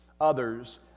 others